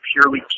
purely